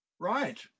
Right